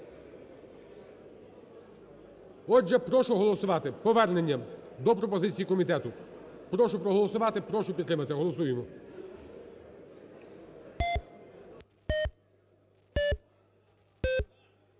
Отже, прошу голосувати повернення до пропозицій комітету. Прошу проголосувати, прошу підтримати. Голосуємо.